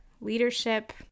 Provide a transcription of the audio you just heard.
leadership